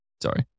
Sorry